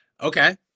okay